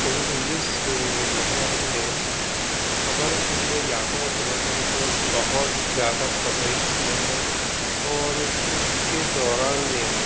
Covid उन्नीस महामारी ने हमारे क्षेत्र में यात्रा और पर्यटन को बहुत ज़्यादा प्रभावित किया है और उसके दौरान में